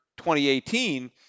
2018